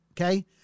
okay